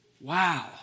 wow